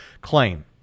claim